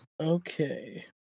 Okay